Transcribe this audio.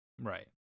Right